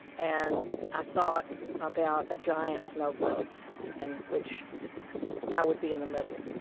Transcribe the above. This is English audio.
and i thought about a giant snow globe and which i would be in the middle